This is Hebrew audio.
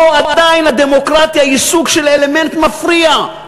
פה עדיין הדמוקרטיה היא סוג של אלמנט מפריע.